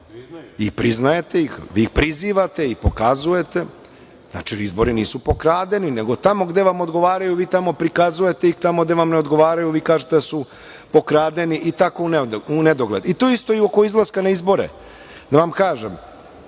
i priznajete ih. Vi ih prizivate i pokazujete. Znači izbori nisu pokradeni, nego tamo gde vam odgovaraju vi tamo prikazujete i tamo gde vam ne odgovaraju vi kažete da su pokradeni i tako u nedogled. To je isto oko izlaska na izbore, da vam kažem.